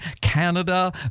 Canada